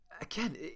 again